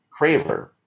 craver